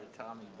tommy